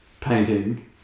painting